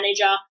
manager